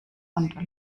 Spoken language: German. und